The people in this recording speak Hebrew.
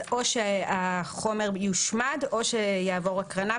או שהחומר יושמד או שיעבור להקרנה,